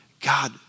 God